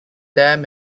dam